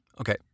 Okay